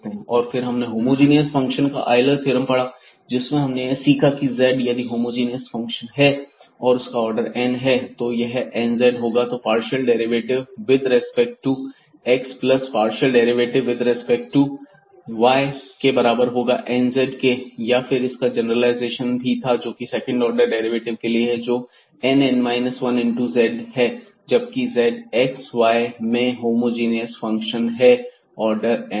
और फिर हमने होमोजीनियस फंक्शन का आयलर थ्योरम पढ़ा जिसमें हमने यह सीखा की z यदि होमोजीनियस फंक्शन है और उसका आर्डर n है तो यह nz होगा तो x partial derivative with respect to x plus y partial derivative with respect to y बराबर होगा nz या फिर इसका एक जनरलाइजेशन भी था जोकि सेकंड ऑर्डर डेरिवेटिव के लिए है जो n n 1 into z है जबकि z x और y में होमोजीनियस फंक्शन है ऑर्डर n का